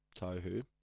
Tohu